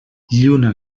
lluna